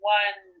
one